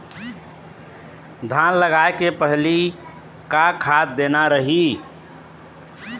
धान लगाय के पहली का खाद देना रही?